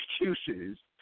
excuses